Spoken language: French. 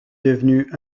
devenu